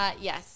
Yes